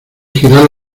girar